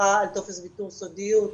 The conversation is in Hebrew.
המשפחה על טופס ויתור סודיות.